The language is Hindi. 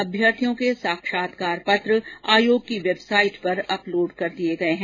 अभ्यर्थियों के साक्षात्कार पत्र आयोग की वेबसाइट पर अपलोड कर दिये गये है